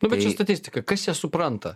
ta pačia statistika kas jie supranta